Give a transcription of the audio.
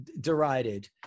derided